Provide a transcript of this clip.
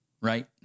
right